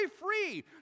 free